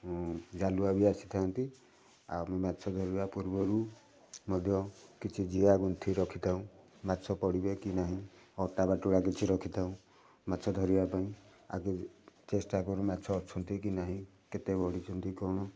ଉଁ ଜାଲୁଆ ବି ଆସିଥାନ୍ତି ଆମେ ମାଛ ଧରିବା ପୂର୍ବରୁ ମଧ୍ୟ କିଛି ଜିଆ ଗୁନ୍ଥି ରଖିଥାଉ ମାଛ ପଡ଼ିବେ କି ନାହିଁ ଅଟା ବାଟୁଳା କିଛି ରଖିଥାଉ ମାଛ ଧରିବା ପାଇଁ ଆଗେ ଚେଷ୍ଟା କରୁ ମାଛ ଅଛନ୍ତି କି ନାହିଁ କେତେ ବଢ଼ିଛନ୍ତି କ'ଣ